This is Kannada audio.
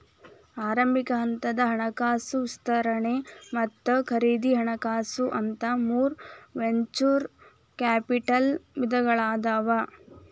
ಆರಂಭಿಕ ಹಂತದ ಹಣಕಾಸು ವಿಸ್ತರಣೆ ಮತ್ತ ಖರೇದಿ ಹಣಕಾಸು ಅಂತ ಮೂರ್ ವೆಂಚೂರ್ ಕ್ಯಾಪಿಟಲ್ ವಿಧಗಳಾದಾವ